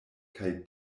kaj